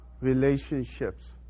relationships